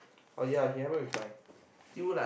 oh ya he haven't reply